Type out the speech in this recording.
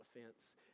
offense